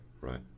Right